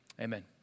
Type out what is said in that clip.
Amen